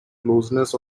closeness